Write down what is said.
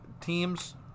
teams